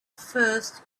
first